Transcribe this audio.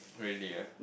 really ah